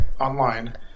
online